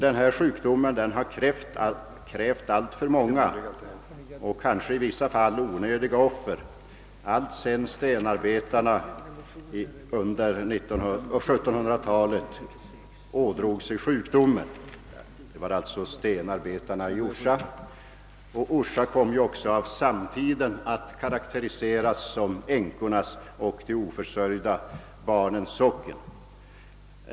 Denna sjukdom har krävt alltför många onödiga offer, alltsedan den drabbade stenarbetarna i Orsa under 1700-talet. Orsa kom också av samtiden att karak teriseras som änkornas och de oförsörjda barnens socken.